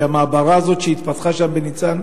המעברה הזאת שהתפתחה שם בניצן,